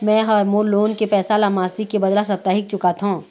में ह मोर लोन के पैसा ला मासिक के बदला साप्ताहिक चुकाथों